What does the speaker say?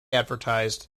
advertised